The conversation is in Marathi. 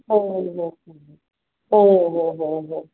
हो हो हो हो हो हो हो